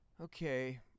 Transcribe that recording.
Okay